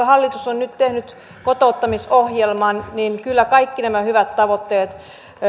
hallitus on nyt tehnyt kotouttamisohjelman niin kyllä kaikki nämä hyvät tavoitteet